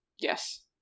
Yes